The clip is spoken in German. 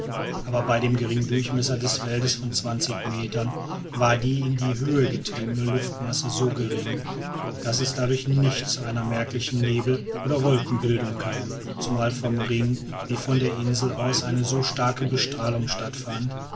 aber bei dem geringen durchmesser des feldes von zwanzig metern war die in die höhe getriebene luftmasse so gering daß es dadurch nicht zu einer merklichen nebel oder wolkenbildung kam zumal vom ringe wie von der insel aus eine so starke bestrahlung stattfand